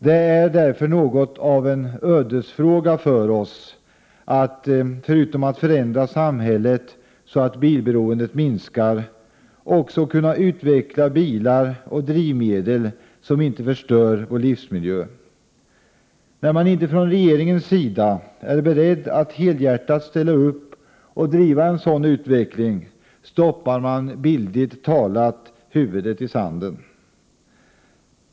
Det är därför något av en ödesfråga för oss att, förutom att förändra samhället så att bilberoendet minskar, också kunna utveckla bilar och drivmedel som inte förstör vår livsmiljö. När man inte från regeringens sida är beredd att helhjärtat ställa upp och driva på en sådan utveckling stoppar 157 man bildligt talat huvudet i sanden.